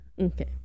okay